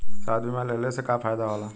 स्वास्थ्य बीमा लेहले से का फायदा होला?